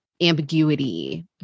ambiguity